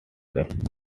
region